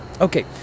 Okay